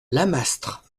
lamastre